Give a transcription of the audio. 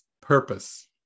purpose